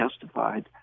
testified